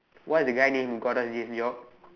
what is the guy name who got us this job